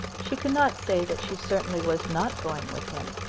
she could not say that she certainly was not going with him.